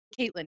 caitlin